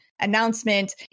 announcement